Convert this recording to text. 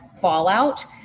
fallout